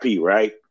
right